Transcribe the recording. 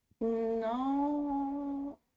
No